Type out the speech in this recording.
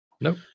Nope